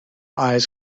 eyes